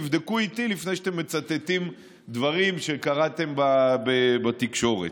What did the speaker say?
תבדקו איתי לפני שאתם מצטטים דברים שקראתם בתקשורת.